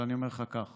אבל אני אומר לך כך: